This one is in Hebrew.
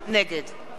אביגדור ליברמן,